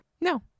No